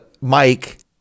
Mike